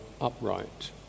upright